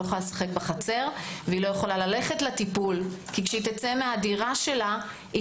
יכולה לשחק בחצר ולא יכולה ללכת לטיפול כי כשתצא מהדירה שלה,